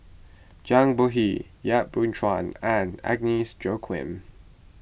Zhang Bohe Yap Boon Chuan and Agnes Joaquim